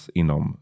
inom